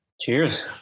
Cheers